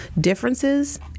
differences